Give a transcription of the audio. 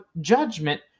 judgment